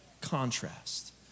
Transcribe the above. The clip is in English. contrast